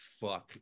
fuck